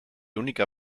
única